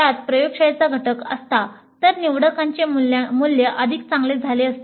त्यात प्रयोगशाळेचा घटक असता तर निवडकांचे मूल्य अधिक चांगले झाले असते